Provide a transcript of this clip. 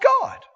God